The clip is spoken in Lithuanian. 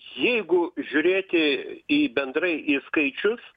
jeigu žiūrėti į bendrai į skaičius